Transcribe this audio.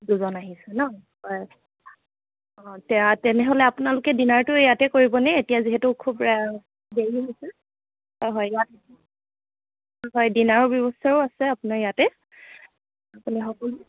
দুজন আহিছে ন হয় অঁ তেনেহ'লে আপোনালোকে ডিনাৰটো ইয়াতে কৰিবনে এতিয়া যিহেতু খুব দেৰি হৈছে হয় হয় ইয়াত হয় হয় ডিনাৰৰ ব্যৱস্থাও আছে আপোনাৰ ইয়াতে আপুনি সকলো